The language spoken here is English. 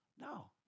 No